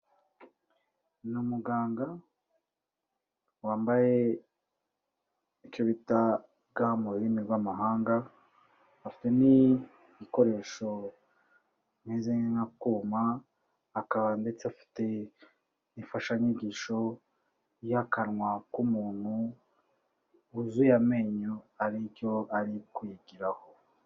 Ni umuganga wambaye icyo bita ga mu rurimi rw'amahanga, afite n'igikoresho kimeze nk'akuma, akaba ndetse afite imfashanyigisho y'akanwa k'umuntu wuzuye amenyo aricyo ari kuyigiraho.